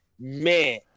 Man